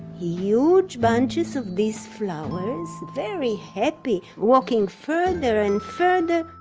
huge bunches of these flowers. very happy. walking further and further.